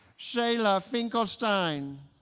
sheyla finkelshteyn